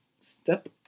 step